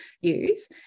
use